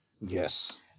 Yes